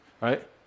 right